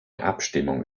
abstimmung